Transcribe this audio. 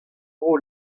vro